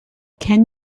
can